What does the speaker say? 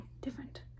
different